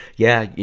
yeah, yeah